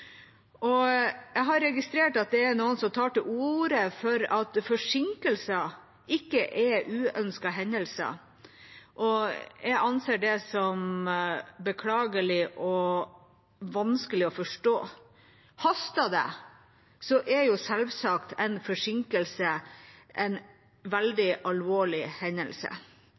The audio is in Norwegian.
alvorlig. Jeg har registrert at det er noen som tar til orde for at forsinkelser ikke er uønskede hendelser. Jeg anser det som beklagelig og vanskelig å forstå. Haster det, er selvsagt en forsinkelse en veldig alvorlig hendelse.